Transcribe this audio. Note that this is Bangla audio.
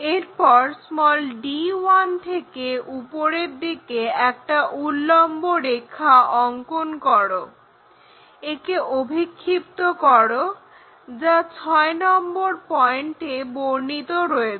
এরপর d1 থেকে উপরের দিকে একটা উল্লম্বরেখা অঙ্কন করে একে অভিক্ষিপ্ত করো যা 6 নম্বর পয়েন্টে বর্ণিত আছে